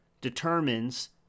determines